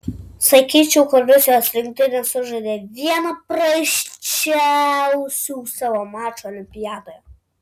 sakyčiau kad rusijos rinktinė sužaidė vieną prasčiausių savo mačų olimpiadoje